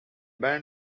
band